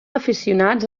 aficionats